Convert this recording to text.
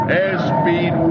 Airspeed